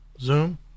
Zoom